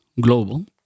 global